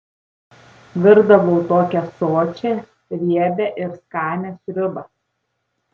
virdavau tokią sočią riebią ir skanią sriubą